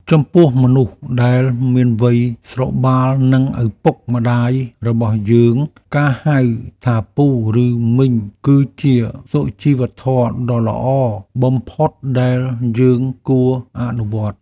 ចំពោះមនុស្សដែលមានវ័យស្របាលនឹងឪពុកម្តាយរបស់យើងការហៅថាពូឬមីងគឺជាសុជីវធម៌ដ៏ល្អបំផុតដែលយើងគួរអនុវត្ត។